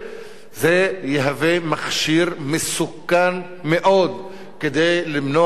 זה יהיה מכשיר מסוכן מאוד כדי למנוע סולידריות,